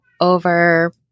over